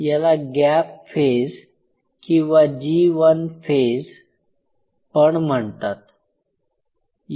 याला gap phase किंवा G one phase पण म्हणतात